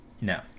No